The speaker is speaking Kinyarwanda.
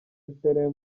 dore